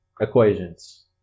equations